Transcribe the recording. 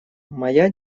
моя